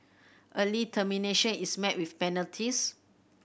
early termination is met with penalties